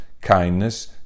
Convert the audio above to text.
kindness